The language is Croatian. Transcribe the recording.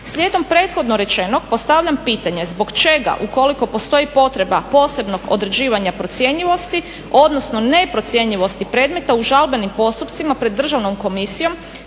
Slijedom prethodno rečenog postavljam pitanje, zbog čega ukoliko postoji potreba posebnog određivanja procjenjivosti odnosno neprocjenjivosti predmeta u žalbenim postupcima pred državnom komisijom